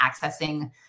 accessing